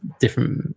different